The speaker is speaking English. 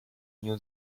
new